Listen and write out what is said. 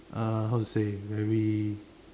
uh how to say very